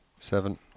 Seven